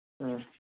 ꯎꯝ